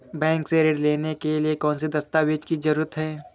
Bank से ऋण लेने के लिए कौन से दस्तावेज की जरूरत है?